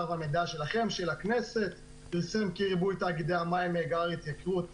והמידע של הכנסת פרסם שריבוי תאגידים גרם להתייקרות